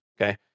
okay